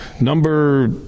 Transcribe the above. number